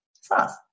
sauce